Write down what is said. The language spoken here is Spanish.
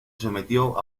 sometió